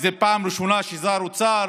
זאת פעם ראשונה ששר אוצר,